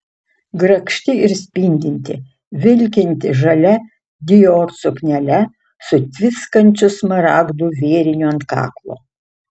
grakšti ir spindinti vilkinti žalia dior suknele su tviskančiu smaragdų vėriniu ant kaklo